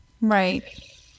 Right